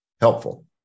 helpful